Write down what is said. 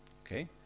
Okay